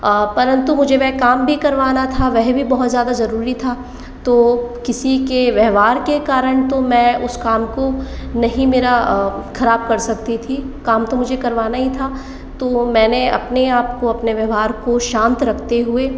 परंतु मुझे वह काम भी करवाना था वह भी बहुत ज़्यादा ज़रूरी था तो किसी के व्यवहार के कारण तो मैं उस काम को नहीं मेरा ख़राब कर सकती थी काम तो मुझे करवाना ही था तो मैंने आपको अपने व्यवहार को शांत रखते हुए